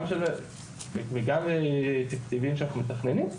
וגם תקציבים שאנחנו מתכננים,